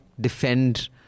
defend